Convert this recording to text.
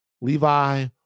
Levi